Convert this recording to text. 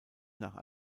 nach